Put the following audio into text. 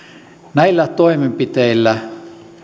näillä toimenpiteillä